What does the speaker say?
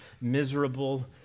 miserable